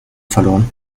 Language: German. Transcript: verloren